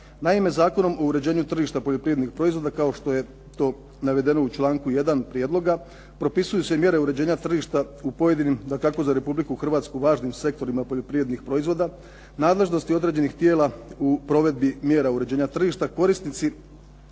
Naime, Zakonom o uređenju tržišta poljoprivrednih proizvoda, kao što je to navedeno u članku 1. prijedloga, propisuju se mjere uređenja tržišta u pojedinim, dakako za Republiku Hrvatsku važnim sektorima poljoprivrednih proizvoda, nadležnosti određenih tijela u provedbi mjera uređenja tržišta, korisnici